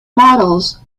models